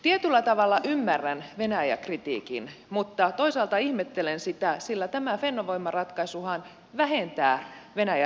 tietyllä tavalla ymmärrän venäjä kritiikin mutta toisaalta ihmettelen sitä sillä tämä fennovoima ratkaisuhan vähentää venäjä riippuvuutta